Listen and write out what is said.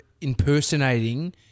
impersonating